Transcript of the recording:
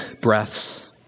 breaths